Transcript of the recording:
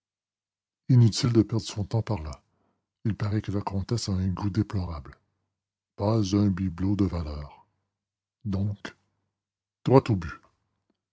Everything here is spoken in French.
inutile de perdre son temps par là il paraît que la comtesse a un goût déplorable pas un bibelot de valeur donc droit au but